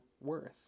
worth